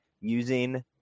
using